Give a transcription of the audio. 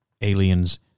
aliens